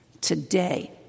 today